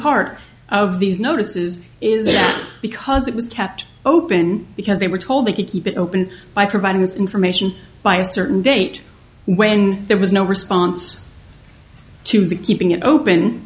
part of these notices is because it was kept open because they were told they could keep it open by providing this information by a certain date when there was no response to the keeping it open